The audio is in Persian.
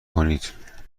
کنید